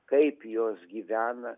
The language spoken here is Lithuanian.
kaip jos gyvena